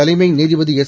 தலைமை நீதிபதி எஸ்